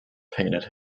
painted